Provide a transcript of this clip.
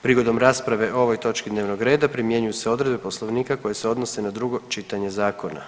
Prigodom rasprave o ovoj točki dnevnog reda primjenjuju se odredbe Poslovnika koje se odnose na drugo čitanje zakona.